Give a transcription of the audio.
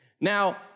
Now